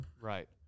Right